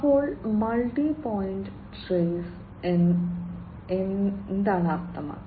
അപ്പോൾ multi point trace എന്താണ് അർത്ഥമാക്കുന്നത്